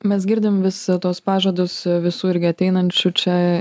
mes girdim vis tuos pažadus visų irgi ateinančių čia